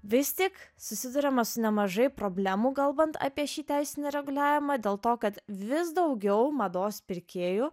vis tik susiduriama su nemažai problemų kalbant apie šį teisinį reguliavimą dėl to kad vis daugiau mados pirkėjų